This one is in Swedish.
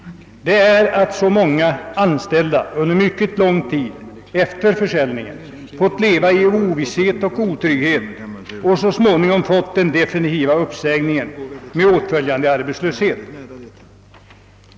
Det är att så många anställda under mycket lång tid efter försäljningen fått leva i ovisshet och otrygghet för att så småningom få den definitiva uppsägningen med åtföljande arbetslöshet.